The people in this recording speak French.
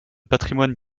patrimoine